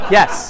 Yes